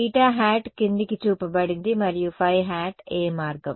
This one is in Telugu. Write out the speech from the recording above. θ క్రిందికి చూపబడింది మరియు ϕ ఏ మార్గం